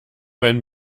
wenn